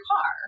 car